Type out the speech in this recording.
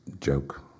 joke